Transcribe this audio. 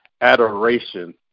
adoration